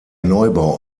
neubau